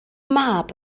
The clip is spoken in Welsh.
mab